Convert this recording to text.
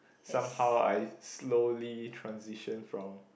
somehow I slowly transition from